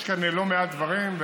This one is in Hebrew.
יש כאן לא מעט דברים,